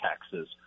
taxes